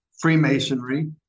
Freemasonry